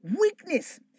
weakness